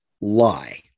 lie